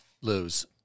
lose